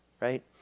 right